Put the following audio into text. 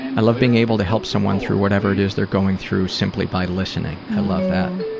i love being able to help someone through whatever it is they're going through simply by listening. i love that.